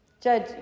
Judge